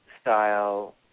style